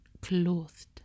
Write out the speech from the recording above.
clothed